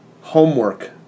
homework